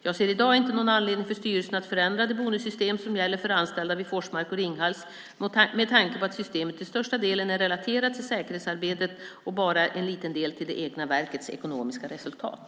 Jag ser i dag inte någon anledning för styrelsen att förändra det bonussystem som gäller för anställda vid Forsmark och Ringhals med tanke på att systemet till största delen är relaterat till säkerhetsarbetet och bara till en liten del till det egna verkets ekonomiska resultat.